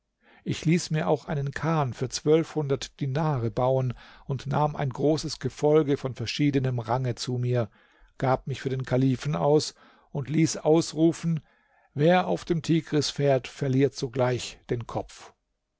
ich ließ mir auch einen kahn für zwölfhundert dinare bauen und nahm ein großes gefolge von verschiedenem range zu mir gab mich für den kalifen aus und ließ ausrufen wer auf dem tigris fährt verliert sogleich den kopf